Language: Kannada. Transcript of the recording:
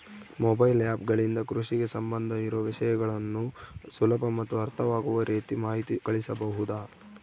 ಮೊಬೈಲ್ ಆ್ಯಪ್ ಗಳಿಂದ ಕೃಷಿಗೆ ಸಂಬಂಧ ಇರೊ ವಿಷಯಗಳನ್ನು ಸುಲಭ ಮತ್ತು ಅರ್ಥವಾಗುವ ರೇತಿ ಮಾಹಿತಿ ಕಳಿಸಬಹುದಾ?